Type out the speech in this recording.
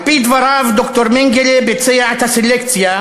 על-פי דבריו, ד"ר מנגלה ביצע את הסלקציה,